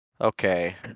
Okay